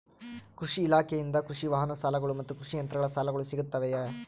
ಕೃಷಿ ಇಲಾಖೆಯಿಂದ ಕೃಷಿ ವಾಹನ ಸಾಲಗಳು ಮತ್ತು ಕೃಷಿ ಯಂತ್ರಗಳ ಸಾಲಗಳು ಸಿಗುತ್ತವೆಯೆ?